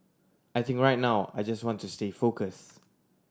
I think right now I just want to stay focus